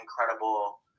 incredible